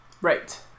Right